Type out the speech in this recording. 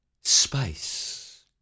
space